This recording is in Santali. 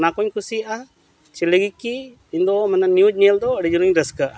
ᱚᱱᱟ ᱠᱚᱧ ᱠᱩᱥᱤᱭᱟᱜᱼᱟ ᱪᱮᱫ ᱞᱟᱹᱜᱤᱫ ᱠᱤ ᱤᱧᱫᱚ ᱢᱟᱱᱮ ᱱᱤᱭᱩᱡᱽ ᱧᱮᱞᱫᱚ ᱟᱹᱰᱤ ᱡᱳᱨᱤᱧ ᱨᱟᱹᱥᱠᱟᱹᱜᱼᱟ